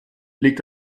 liegt